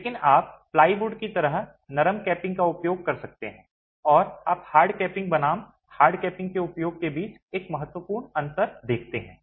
लेकिन आप प्लाईवुड की तरह नरम कैपिंग का भी उपयोग कर सकते हैं और आप हार्ड कैपिंग बनाम हार्ड कैपिंग के उपयोग के बीच एक महत्वपूर्ण अंतर देखते हैं